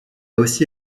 aussi